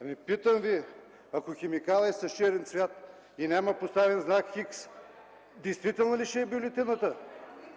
Ами, питам ви: ако химикалът е с черен цвят и няма поставен знак „Х”, действителна ли ще е бюлетината?